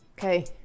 Okay